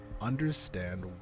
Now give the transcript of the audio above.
understand